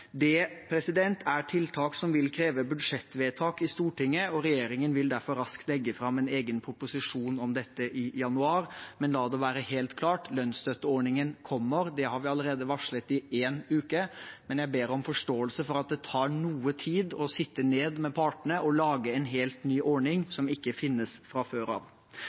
Det er tiltak som vil kreve budsjettvedtak i Stortinget, og regjeringen vil derfor raskt legge fram en egen proposisjon om dette i januar. Men la det være helt klart: Lønnsstøtteordningen kommer, det har vi allerede varslet i en uke, men jeg ber om forståelse for at det tar noe tid å sette seg ned med partene og lage en helt ny ordning som ikke finnes fra før av.